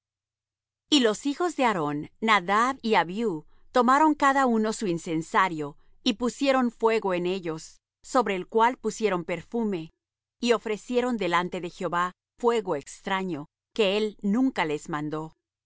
y los hijos de aarón nadab y abiú tomaron cada uno su incensario y pusieron fuego en ellos sobre el cual pusieron perfume y ofrecieron delante de jehová fuego extraño que él nunca les mandó y